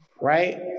Right